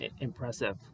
impressive